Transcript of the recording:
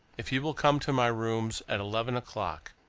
if you will come to my rooms at eleven o'clock.